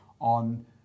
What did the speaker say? on